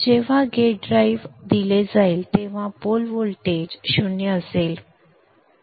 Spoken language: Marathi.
जेव्हा गेट ड्राइव्ह दिले जाईल तेव्हा पोल व्होल्टेज 0 असेल